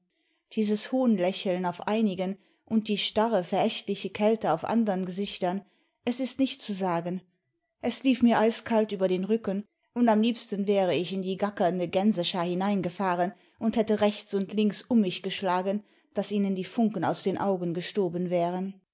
dieses hohnlächeln auf einigen und die starre verächtliche kälte auf anderen gesichtern es ist nicht zu sagen es lief mir eiskalt über den rücken und am liebsten wäre ich in die gackernde gänseschar hineingefahren imd hätte rechts und links um mich geschlagen daß ihnen die funken aus den augen gestoben wären